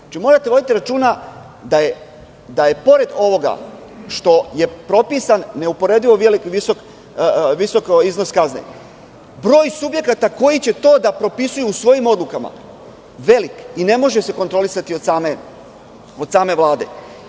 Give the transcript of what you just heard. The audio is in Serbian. Znači, morate voditi računa da j, pored ovoga što je propisan neuporedivo visok iznos kazne, broj subjekata koji će to da propisuju u svojim odlukama velik i ne može se kontrolisati od same Vlade.